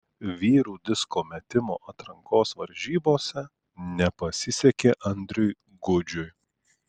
vyrų disko metimo atrankos varžybose nepasisekė andriui gudžiui